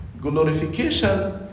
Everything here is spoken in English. Glorification